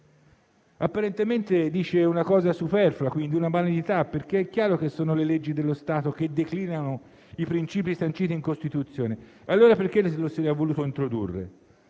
Apparentemente dice una cosa superflua, una banalità, perché è chiaro che le leggi dello Stato declinano i principi sanciti in Costituzione. Allora perché lo si è voluto introdurre?